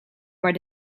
maar